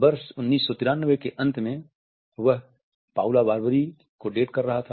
वर्ष 1993 के अंत में वह पाउला बर्बरी को डेट कर रहा था